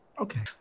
Okay